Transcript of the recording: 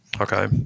Okay